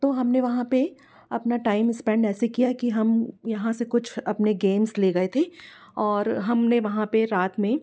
तो हमने वहाँ पे अपना टाइम स्पेंड ऐसे किया कि हम यहाँ से कुछ अपने गेम्स ले गए थे और हमने वहाँ पे रात में